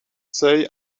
say